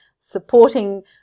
Supporting